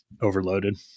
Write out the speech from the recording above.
Overloaded